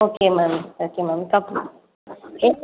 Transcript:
okay ma'am okay ma'am cup